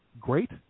great